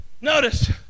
Notice